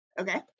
Okay